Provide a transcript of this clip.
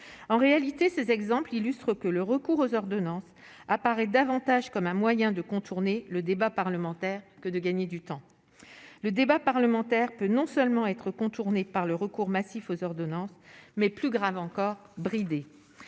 en réalité, ces exemples illustrent que le recours aux ordonnances apparaît davantage comme un moyen de contourner le débat parlementaire que de gagner du temps, le débat parlementaire peut non seulement être contourné par le recours massif aux ordonnances, mais plus grave encore bridé